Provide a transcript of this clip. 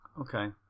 Okay